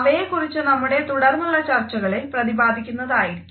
അവയെക്കുറിച്ചു നമ്മടെ തുടർന്നുള്ള ചർച്ചകളിൽ പ്രതിപാദിക്കുന്നതായിരിക്കും